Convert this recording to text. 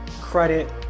credit